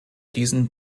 diesen